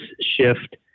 shift